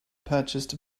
purchased